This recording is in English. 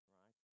right